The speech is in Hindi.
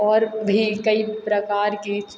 और भी कई प्रकार के